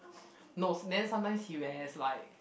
nose then sometimes he will has like